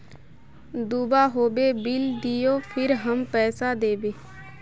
दूबा होबे बिल दियो फिर हम पैसा देबे?